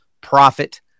profit